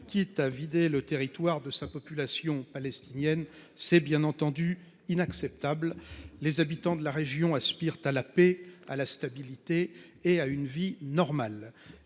quitter à vider le territoire de sa population palestinienne. C’est bien entendu inacceptable ! Les habitants de la région aspirent à la paix, à la stabilité et à une vie normale.